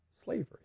slavery